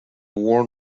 worn